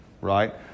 right